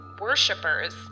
worshippers